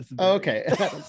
Okay